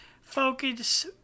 focus